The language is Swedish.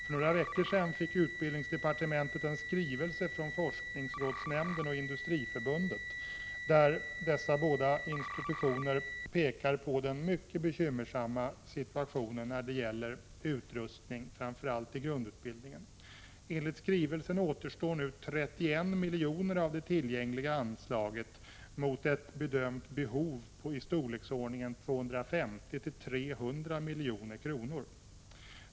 För några veckor sedan fick utbildningsdepartementet en skrivelse från forskningsrådsnämnden och Industriförbundet, där dessa båda institutioner pekar på den mycket bekymmersamma situationen när det gäller utrustning framför allt i grundutbildningen. Enligt skrivelsen återstår nu 31 milj.kr. av det tillgängliga anslaget mot ett bedömt behov i storleksordningen 250-300 milj.kr.